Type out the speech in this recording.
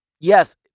Yes